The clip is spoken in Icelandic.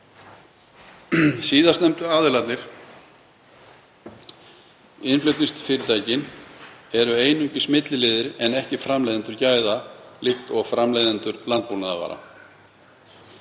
Síðastnefndu aðilarnir, innflutningsfyrirtækin, eru einungis milliliðir en ekki framleiðendur gæða líkt og framleiðendur landbúnaðarvara.